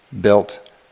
built